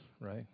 right